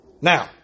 Now